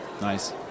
Nice